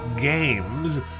games